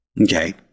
Okay